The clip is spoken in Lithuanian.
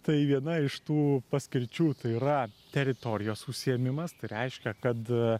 tai viena iš tų paskirčių tai yra teritorijos užsiėmimas tai reiškia kad